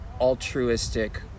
altruistic